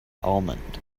almond